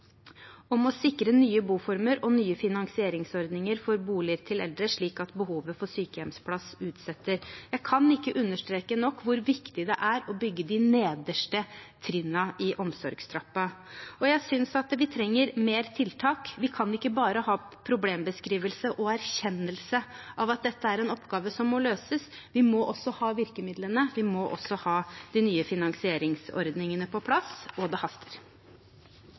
om å sikre nye boformer og nye finansieringsordninger for boliger til eldre, slik at behovet for sykehjemsplass utsettes. Jeg kan ikke understreke nok hvor viktig det er å bygge de nederste trinnene i omsorgstrappen. Jeg synes vi trenger flere tiltak. Vi kan ikke bare ha problembeskrivelse og erkjennelse av at dette er en oppgave som må løses, vi må også ha virkemidlene, og vi må ha de nye finansieringsordningene på plass. Og det haster.